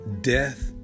Death